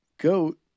goat